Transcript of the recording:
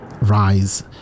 rise